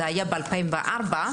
בשנת 2004,